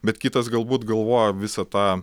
bet kitas galbūt galvojo visą tą